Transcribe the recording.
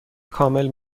کامل